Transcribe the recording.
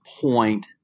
point